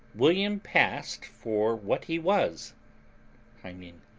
william passed for what he was i mean,